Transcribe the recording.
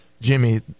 Jimmy